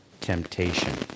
temptation